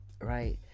Right